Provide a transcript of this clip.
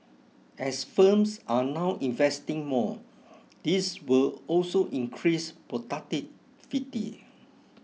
as firms are now investing more this will also increase productivity